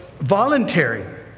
voluntary